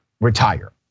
retire